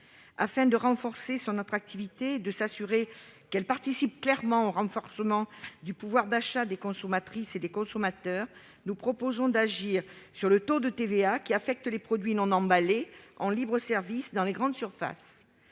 Afin de renforcer son attractivité et de s'assurer que la filière participe clairement au développement du pouvoir d'achat des consommatrices et des consommateurs, nous proposons d'agir sur le taux de TVA qui s'applique aux produits non emballés, en libre-service, dans les grandes surfaces.